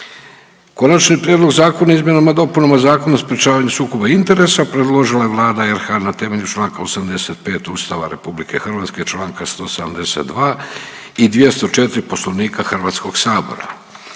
Konačni prijedlog zakona o izmjenama i dopunama Zakona o sprječavanju sukoba interesa predložila je Vlada RH na temelju članka 85. Ustava Republike Hrvatska i članka 172. i 204. Poslovnika Hrvatskog sabora.